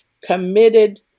committed